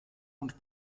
und